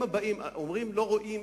אומרים: לא רואים,